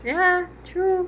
ya true